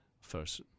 First